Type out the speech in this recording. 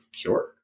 cure